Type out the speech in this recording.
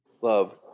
Love